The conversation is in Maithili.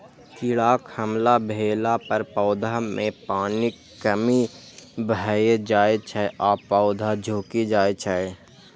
कीड़ाक हमला भेला पर पौधा मे पानिक कमी भए जाइ छै आ पौधा झुकि जाइ छै